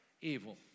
evil